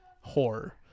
horror